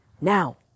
now